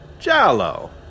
Jalo